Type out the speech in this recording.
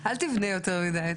אל תבנה יותר מידי,